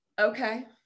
Okay